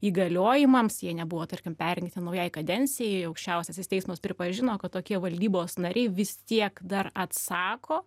įgaliojimams jie nebuvo tarkim perrinkti naujai kadencijai aukščiausiasis teismas pripažino kad tokie valdybos nariai vis tiek dar atsako